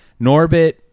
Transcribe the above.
Norbit